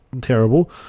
terrible